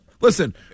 listen